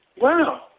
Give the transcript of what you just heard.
Wow